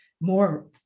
more